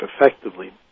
effectively